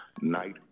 night